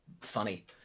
funny